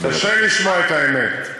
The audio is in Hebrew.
קשה לשמוע את האמת.